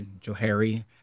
Johari